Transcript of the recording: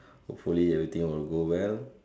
hopefully everything will go well